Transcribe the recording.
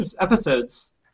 episodes